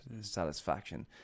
satisfaction